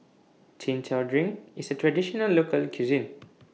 Chin Chow Drink IS A Traditional Local Cuisine